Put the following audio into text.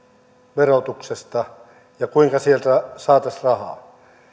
verotuksesta ja siitä kuinka sieltä saataisiin rahaa